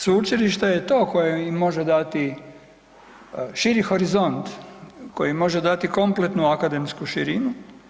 Sveučilište je to koje im može dati širi horizont, koji im može dati kompletnu akademsku širinu.